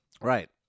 Right